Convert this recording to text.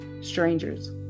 Strangers